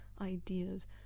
ideas